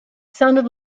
sounded